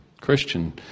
Christian